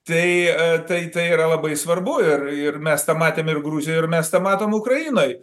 tai tai tai yra labai svarbu ir ir mes tą matėm ir gruzijoj ir mes tą matom ukrainoj